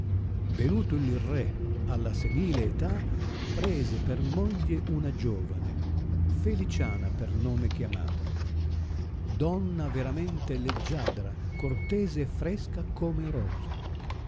venuto il re alla senile età prese per moglie una giovane feliciana per nome chiamata donna veramente leggiadra cortese e fresca come rosa